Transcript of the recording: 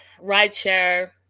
rideshare